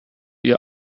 ihr